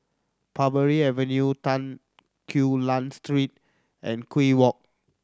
Parbury Avenue Tan Quee Lan Street and Kew Walk